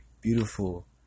beautiful